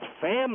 family